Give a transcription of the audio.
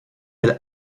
elle